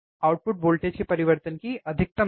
output voltage के परिवर्तन की अधिकतम दर